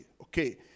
Okay